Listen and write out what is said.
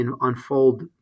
unfold